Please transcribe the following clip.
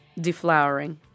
deflowering